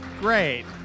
Great